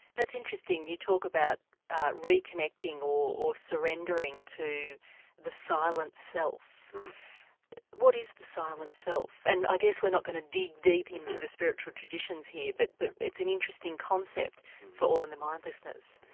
that's interesting, you talk about reconnecting or or surrendering to the silent self what is the silent self? and i guess we're not going to dig deep into the spiritual traditions here but it's an interesting concept for all in the mind listeners.